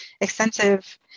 extensive